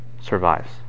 survives